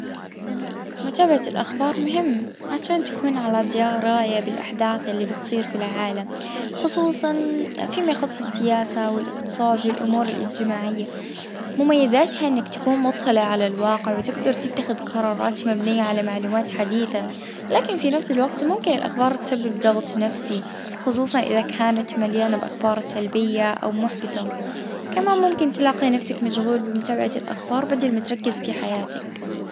اه مهم تعرف شنو جاعد يصير في العالم أما كثرة الأخبار السلبية تجدر يعني تسبب لك نوع من الضغط.